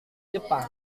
jepang